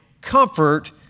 comfort